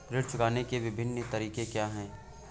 ऋण चुकाने के विभिन्न तरीके क्या हैं?